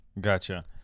Gotcha